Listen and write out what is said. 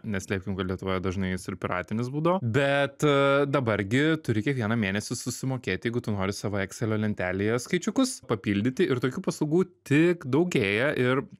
neslėpkime kad lietuvoje dažnai jis ir piratinis būdo bet dabar gi turi kiekvieną mėnesį susimokėti jeigu tu nori savo ekselio lentelėje skaičiukus papildyti ir tokių paslaugų tik daugėja ir